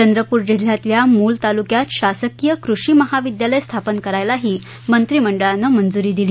चंद्रपुर जिल्ह्यातल्या मूल तालुक्यात शासकीय कृषी महाविद्यालय स्थापन करायलाही मंत्रिमंडळानं मंजूरी दिली